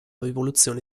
rivoluzione